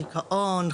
דיכאון,